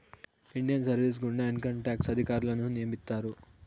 Indian service గుండా income tax అధికారులను నియమిత్తారు